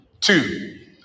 Two